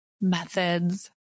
methods